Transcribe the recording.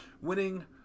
winning